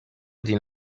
deny